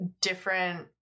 different